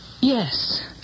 Yes